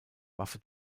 waffe